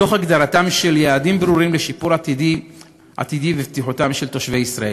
תוך הגדרת יעדים ברורים לשיפור עתידי בבטיחותם של תושבי ישראל.